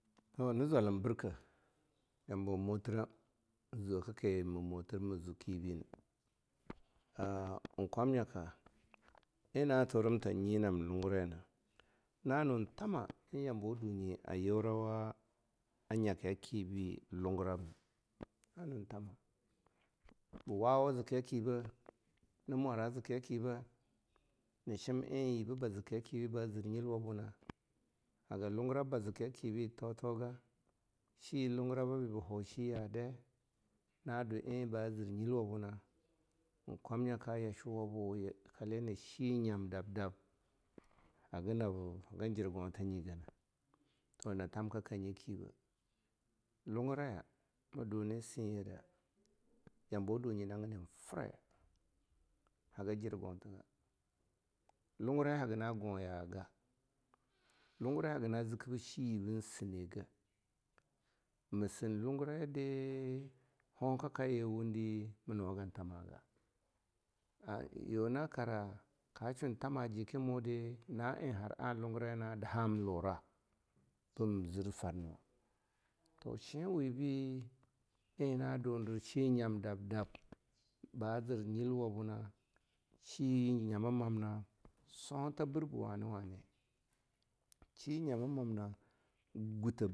Toh na zwalam birke yambo motiram zwewa ki ma motir ma zweh kibi na. Ah kwamnyaka eh na turim ta nyi nam lungurai na, na nathama eh yamabawa dunyi a yurawa a nyaki ya kibi lungurab na, na nun thama, ba wawu a ziki yakibe na mwara ziki yaki be, na shim eh yiba be ziki yaki be ba zir nyilwa buna, haga lungurab bi ba hau shiya dai nadwa eh ba zir nyilwabu. Eh kwamnayawa yashwuwabu yakale na shi nyam dab-dab haga nab gin jirgonta nyige, toh na thanka ka nyi kibe. Lunguraya ma duni sinye de, yambawa dunyi nagini frai haga jirgontiga, lungurai haga na ngo yaga, lungurai haga na ziki bi shiye bin singe, ma sin lungurai di hokakaye wundi ma nuwa gin thamaga, ha yuna kara ka shwun thama jiki mudi na eh har a lungurai eh na ham lura tum zir farnau toh shi webi yina damdo shi nyam dab-dab ba zir nyilwa buna, shi nyama mamna sonta birbeh wani-wani, shi nyama mamna gutteh.